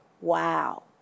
Wow